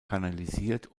kanalisiert